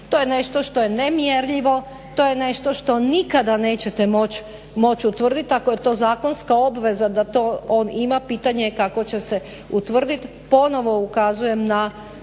to je nešto što je nemjerljivo, to je nešto što nikada nećete moć utvrdit ako je to zakonska obveza da to on ima, pitanje je kako će se utvrdit. Ponovno ukazujem na